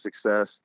Success